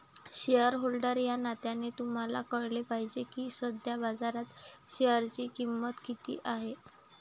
shareholder या नात्याने तुम्हाला कळले पाहिजे की सध्या बाजारात शेअरची किंमत किती आहे